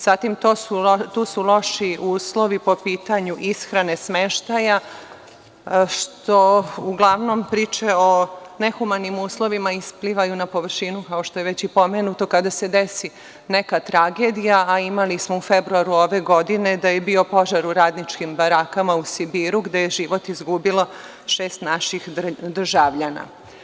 Zatim, tu su loši uslovi po pitanju ishrane, smeštaja, što uglavnom priče o nehumanim uslovima isplivaju na površinu, kao što je već i pomenuto, kada se desi neka tragedija, a imali smo u februaru ove godine da je bio požar u radničkim barakama u Sibiru, gde je život izgubilo šest naših državljana.